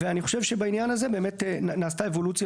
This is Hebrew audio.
ואני חושב שבעניין הזה נעשתה אבולוציה